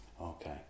Okay